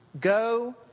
Go